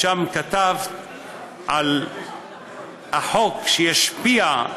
ושם כתבת על החוק, שישפיע,